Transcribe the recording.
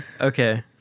okay